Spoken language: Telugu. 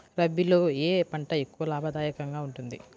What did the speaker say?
రబీలో ఏ పంట ఎక్కువ లాభదాయకంగా ఉంటుంది?